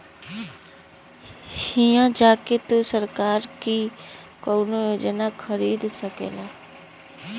हिया जा के तू सरकार की कउनो योजना खरीद सकेला